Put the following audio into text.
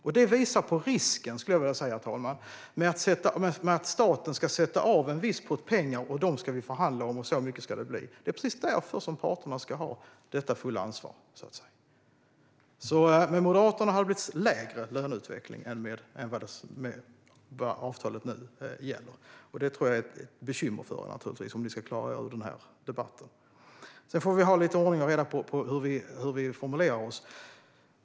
Jag skulle vilja säga, herr talman, att det visar på risken med att staten ska sätta av en viss pott pengar som man ska förhandla om och att det sedan ska bli så mycket. Det är precis därför parterna ska ha detta fulla ansvar. Med Moderaterna hade det alltså blivit en sämre löneutveckling än vad avtalet nu ger. Jag tror att det är ett bekymmer för er om ni ska klara er ur debatten. Vi får ha lite ordning och reda på hur vi formulerar oss.